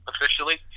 officially